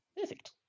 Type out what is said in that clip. Perfect